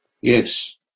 Yes